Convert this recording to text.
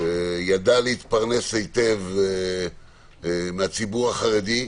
ידע להתפרנס היטב מהציבור החרדי.